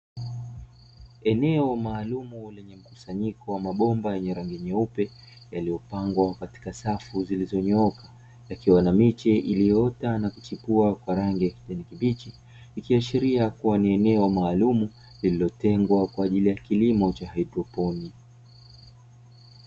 Eneo maalumu lenye mkusanyiko wa mabomba yenye rangi nyeupe yaliyopangwa katika safu zilizonyooka, yakiwa na miche iliyoota na kuchipua kwa rangi ya kijani kibichi; ikiashiria kuwa ni eneo maalumu lililotengwa kwa ajili ya kilimo cha haidroponi.